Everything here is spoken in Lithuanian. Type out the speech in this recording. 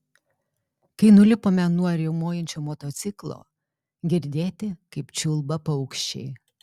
kai nulipome nuo riaumojančio motociklo girdėti kaip čiulba paukščiai